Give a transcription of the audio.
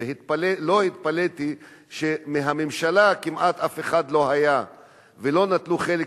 ולא התפלאתי שמהממשלה כמעט אף אחד לא היה ולא נתנו חלק,